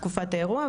תקופת האירוע,